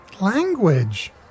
language